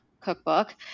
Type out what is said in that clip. cookbook